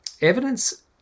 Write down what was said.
Evidence